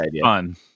fun